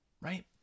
right